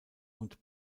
und